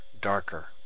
darker